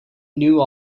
knew